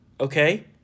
Okay